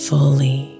Fully